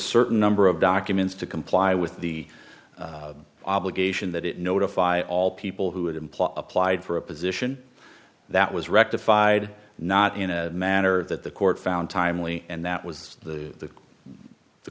certain number of documents to comply with the obligation that it notify all people who had employed applied for a position that was rectified not in a matter that the court found timely and that was the the